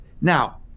Now